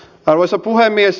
arvoisa puhemies